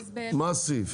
מה הסעיף?